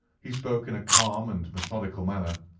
he spoke in a calm and methodical manner,